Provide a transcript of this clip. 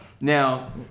Now